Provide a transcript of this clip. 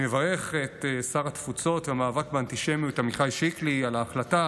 אני מברך את שר התפוצות והמאבק באנטישמיות עמיחי שקלי על ההחלטה